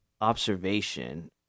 observation